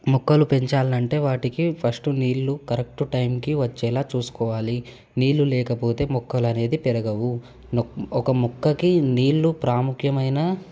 మొక్కలు పెంచాలంటే వాటికి ఫస్ట్ నీళ్ళు కరెక్టు టైంకి వచ్చేలా చూసుకోవాలి నీళ్ళు లేకపోతే మొక్కలు అనేటివి పెరగవు ఒక మొక్కకి నీళ్ళు ప్రాముఖ్యమైన